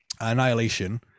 Annihilation